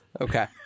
Okay